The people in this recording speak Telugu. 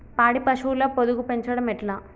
పాడి పశువుల పొదుగు పెంచడం ఎట్లా?